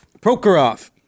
Prokhorov